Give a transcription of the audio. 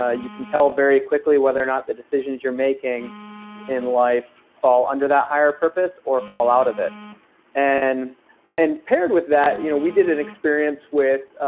ah you can tell very quickly whether or not the decisions you're making in life fall under that higher purpose, or fall out of it and and paired with that, you know we did an experience with